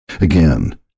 Again